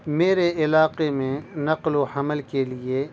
میرے علاقے میں نقل و حمل کے لیے